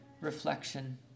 reflection